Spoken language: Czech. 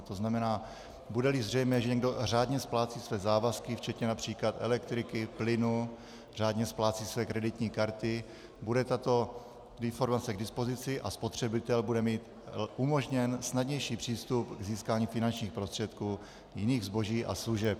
To znamená, budeli zřejmé, že někdo řádně splácí své závazky včetně například elektřiny, plynu, řádně splácí své kreditní karty, bude tato informace k dispozici a spotřebitel bude mít umožněn snadnější přístup k získání finančních prostředků jiných zboží a služeb.